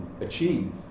achieve